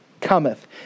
cometh